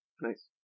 Nice